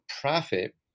profit